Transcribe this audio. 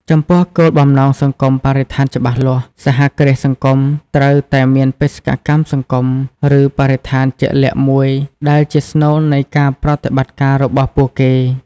ចំពោះគោលបំណងសង្គមបរិស្ថានច្បាស់លាស់ សហគ្រាសសង្គមត្រូវតែមានបេសកកម្មសង្គម ឬបរិស្ថានជាក់លាក់មួយដែលជាស្នូលនៃការប្រតិបត្តិរបស់ពួកគេ ។